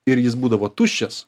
ir jis būdavo tuščias